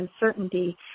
uncertainty